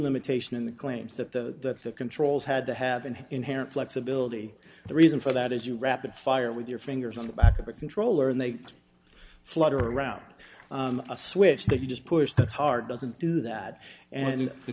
limitation in the claims that the controls had to have an inherent flexibility the reason for that is you rapid fire with your fingers on the back of the controller and they flutter around a switch that you just push that's hard doesn't do that and the